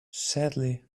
sadly